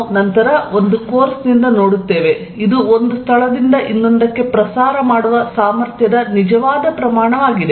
ನಾವು ನಂತರ ಒಂದು ಕೋರ್ಸ್ನಿಂದ ನೋಡುತ್ತೇವೆ ಇದು ಒಂದು ಸ್ಥಳದಿಂದ ಇನ್ನೊಂದಕ್ಕೆ ಪ್ರಸಾರ ಮಾಡುವ ಸಾಮರ್ಥ್ಯದ ನಿಜವಾದ ಪ್ರಮಾಣವಾಗಿದೆ